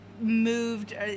moved